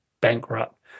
bankrupt